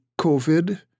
COVID